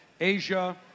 Asia